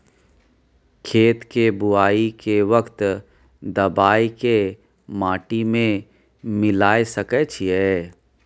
खेत के बुआई के वक्त दबाय के माटी में मिलाय सके छिये?